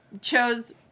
chose